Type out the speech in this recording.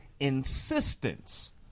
insistence